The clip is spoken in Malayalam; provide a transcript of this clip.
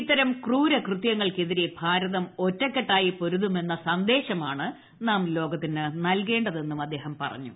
ഇത്തരം ക്രൂരകൃത്യങ്ങൾക്കെ്തിരെ ഭാരതം ഒറ്റക്കെട്ടായി പൊരുതുമെന്ന സന്ദേശമാണ് നാം ലോകത്തിന് നൽകേണ്ടതെന്നും അദ്ദേഹം പറഞ്ഞു